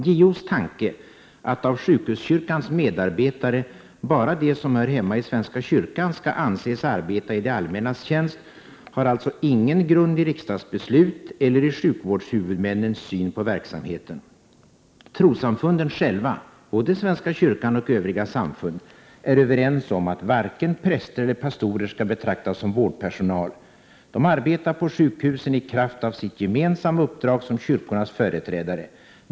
JO:s tanke att av ”sjukhuskyrkans” medarbetare bara de som hör hemma i svenska kyrkan skall anses arbeta i det allmännas tjänst har alltså ingen grund i riksdagsbeslut eller i sjukvårdshuvudmännens syn på verksamheten. Trossamfunden själva, både svenska kyrkan och övriga samfund, är överens om att varken präster eller pastorer skall betraktas som vårdpersonal. De arbetar på sjukhusen i kraft av sitt gemensamma uppdrag som kyrkornas företrädare.